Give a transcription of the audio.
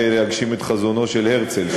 אולי יש בכך להגשים את חזונו של הרצל.